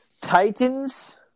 Titans